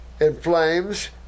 inflames